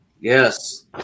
yes